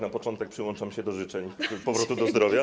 Na początek przyłączam się do życzeń powrotu do zdrowia.